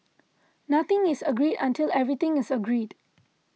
nothing is agreed until everything is agreed